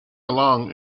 along